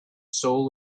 soul